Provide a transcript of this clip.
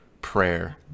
prayer